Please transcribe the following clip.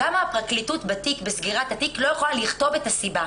אבל למה הפרקליטות בסגירת התיק לא יכולה לכתוב את הסיבה,